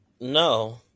No